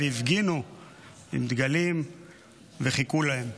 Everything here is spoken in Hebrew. הפגינו עם דגלים וחיכו להם.